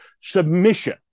submission